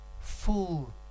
full